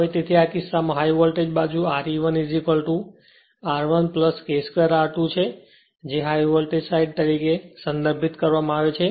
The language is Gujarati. હવે તેથી આ કિસ્સામાં હાઇ વોલ્ટેજ બાજુ Re 1 R 1 K 2 R 2 છે જેને હાઇ વોલ્ટેજ બાજુ તરીકે સંદર્ભિત કરવામાં આવે છે